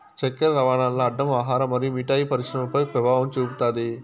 చక్కర రవాణాల్ల అడ్డం ఆహార మరియు మిఠాయి పరిశ్రమపై పెభావం చూపుతాది